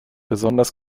besonders